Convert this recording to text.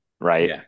right